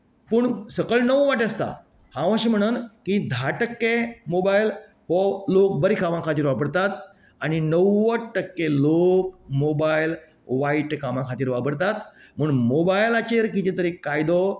पूण सकल णव वाटी आसता हांव अशें म्हणन धा टक्के मोबायल हो लोक बऱ्या कामा खातीर वापरतात आनी णव्वद टक्के लोक मोबायल वायट कामा खातीर वापरतात म्हूण मोबायलांचेर कितें कायदो